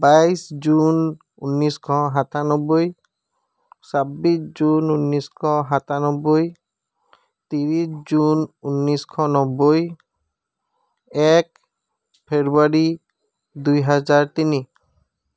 বাইছ জুন ঊনৈছশ সাতান্নব্বৈ চাব্বিছ জুন ঊনৈছশ সাতান্নব্বৈ তিনি জুন ঊনৈছশ নব্বৈ এক ফেব্ৰুৱাৰী দুই হাজাৰ তিনি